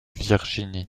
virginie